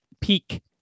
peak